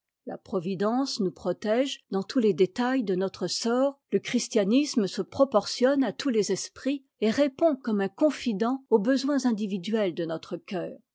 la providence nous protége dans tous les détails de notre sort le christianisme se proportionne à tous les esprits et répond comme un confident aux besoins individuel de notre cœur